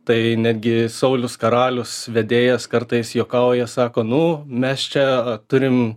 tai netgi saulius karalius vedėjas kartais juokauja sako nu mes čia turim